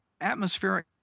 atmospheric